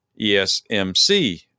esmc